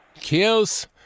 kills